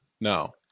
no